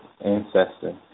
ancestor